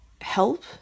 help